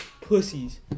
pussies